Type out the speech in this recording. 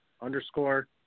underscore